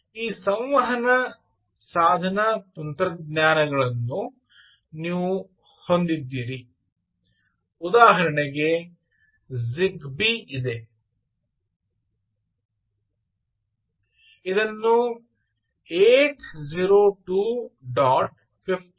ಈ ಸಂವಹನ ಸಾಧನ ತಂತ್ರಜ್ಞಾನಗಳನ್ನುನೀವು ಹೊಂದಿದ್ದೀರಿ ಉದಾಹರಣೆಗೆ ಜಿಗ್ಬೀ ಇದೆ ಇದನ್ನು 802 ಡಾಟ್ 15